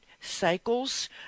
cycles